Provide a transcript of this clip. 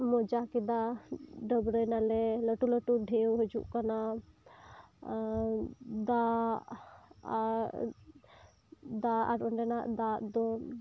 ᱢᱚᱡᱟ ᱠᱮᱫᱟ ᱰᱟᱹᱵᱨᱟᱹᱭ ᱱᱟᱞᱮ ᱞᱟᱹᱴᱩᱼᱞᱟᱹᱴᱩ ᱰᱷᱮᱣ ᱦᱤᱹᱡᱩᱜ ᱠᱟᱱᱟ ᱟᱨ ᱫᱟᱜ ᱟᱨ ᱚᱸᱰᱮᱱᱟᱜ ᱫᱟᱜ ᱫᱚ